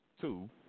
two